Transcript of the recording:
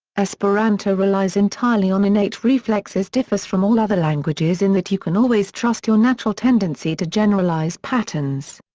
esperanto relies entirely on innate reflexes differs from all other languages in that you can always trust your natural tendency to generalize patterns.